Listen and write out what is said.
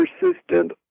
persistent